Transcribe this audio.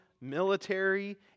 military